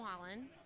Wallen